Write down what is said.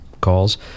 calls